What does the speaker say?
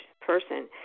person